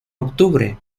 octubre